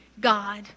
God